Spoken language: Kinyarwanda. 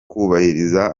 kubahiriza